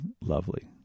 lovely